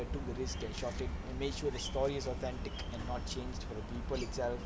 took the risk and shot it and make sure the stories' authentic and not changed for the people itself